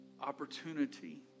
opportunity